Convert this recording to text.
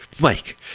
Mike